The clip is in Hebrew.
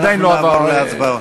ונעבור להצבעות.